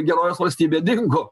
gerovės valstybė dingo